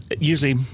usually